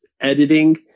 editing